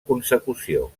consecució